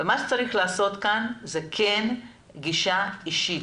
מה שצריך לעשות כאן זה כן גישה אישית.